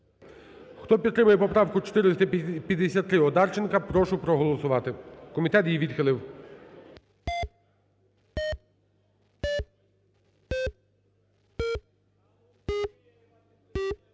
Хто підтримує поправку 453 Одарченка, прошу проголосувати. Комітет її відхилив.